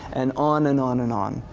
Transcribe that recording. and on and on and on.